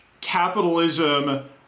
capitalism